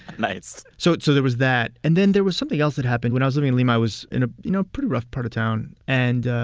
nice so so there was that. and then there was something else that happened. when i was living in lima, i was in a, you know, pretty rough part of town. and,